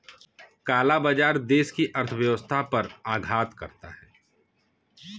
काला बाजार देश की अर्थव्यवस्था पर आघात करता है